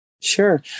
Sure